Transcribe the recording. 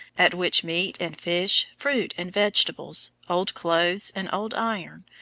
at which meat and fish, fruit and vegetables, old clothes and old iron,